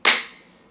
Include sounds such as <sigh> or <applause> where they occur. <noise>